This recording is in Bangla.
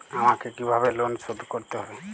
আমাকে কিভাবে লোন শোধ করতে হবে?